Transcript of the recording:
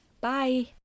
Bye